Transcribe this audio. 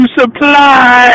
supply